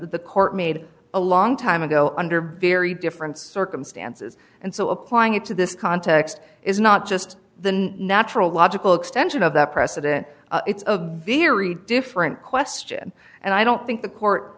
the court made a long time ago under very different circumstances and so applying it to this context is not just the natural logical extension of that precedent it's a very different question and i don't think the court